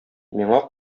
миңа